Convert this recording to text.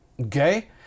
Okay